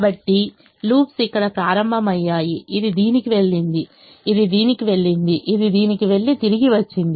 కాబట్టి లూప్స్ ఇక్కడ ప్రారంభమయ్యాయి ఇది దీనికి వెళ్ళింది ఇది దీనికి వెళ్ళింది ఇది దీనికి వెళ్లి తిరిగి వచ్చింది